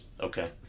Okay